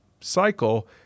cycle